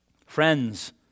Friends